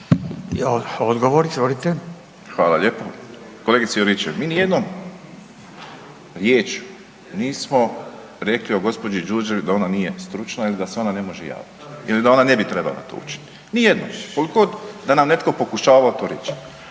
Josip (HDZ)** Hvala lijepo. Kolegice Juričev, mi ni jednom riječju nismo rekli o gospođi Đurđević da ona nije stručna ili da se ona ne može javiti ili da ona ne bi trebala to učiniti. Ni jednom koliko god nam to pokušavao to reći.